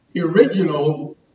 original